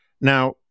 Now